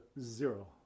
zero